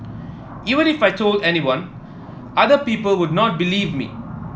even if I told anyone other people would not believe me